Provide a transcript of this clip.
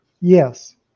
yes